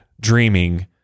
dreaming